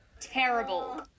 Terrible